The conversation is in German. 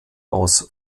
aus